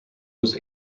was